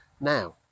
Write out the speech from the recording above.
now